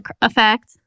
effect